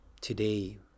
today